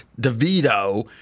DeVito